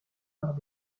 par